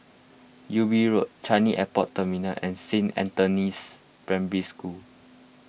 Ubi Road Changi Airport Terminal and Saint Anthony's Primary School